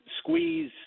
squeeze